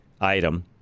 item